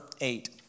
eight